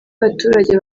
y’abaturage